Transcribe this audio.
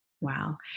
Wow